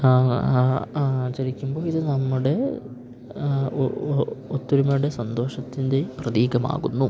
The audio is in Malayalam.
ആ ആ ആചരിക്കുമ്പോൾ ഇത് നമ്മുടെ ഒ ഒ ഒത്തൊരുമയുടെ സന്തോഷത്തിൻ്റേയും പ്രതീകമാകുന്നു